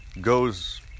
goes